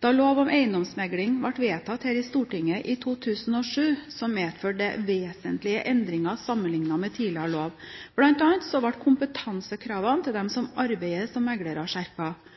Da lov om eiendomsmegling ble vedtatt her i Stortinget i 2007, medførte det vesentlige endringer sammenlignet med tidligere lov. Blant annet ble kompetansekravene til dem som arbeider som meglere, skjerpet.